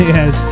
Yes